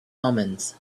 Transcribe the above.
omens